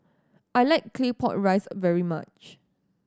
I like Claypot Rice very much